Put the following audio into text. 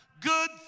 Good